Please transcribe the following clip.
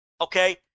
okay